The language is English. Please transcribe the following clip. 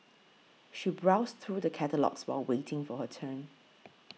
she browsed through the catalogues while waiting for her turn